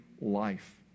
life